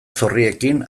zorriekin